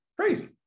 Crazy